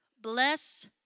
Bless